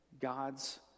God's